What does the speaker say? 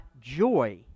joy